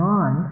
on